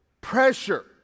pressure